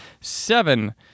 seven